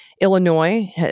Illinois